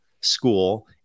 school